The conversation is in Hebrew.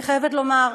אני חייבת לומר,